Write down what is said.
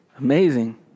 Amazing